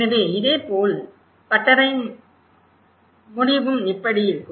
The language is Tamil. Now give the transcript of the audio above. எனவே இதேபோல் பட்டறையின் முடிவும் இப்படி இருக்கும்